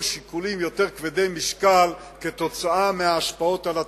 שיקולים יותר כבדי משקל כתוצאה מההשפעות על התקציב.